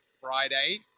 Friday